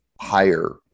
higher